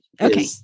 Okay